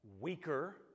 weaker